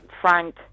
Frank